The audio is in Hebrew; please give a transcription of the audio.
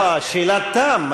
לא, שאלת תם.